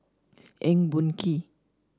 Eng Boh Kee